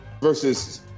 versus